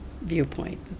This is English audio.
viewpoint